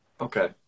Okay